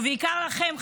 ובעיקר לכם,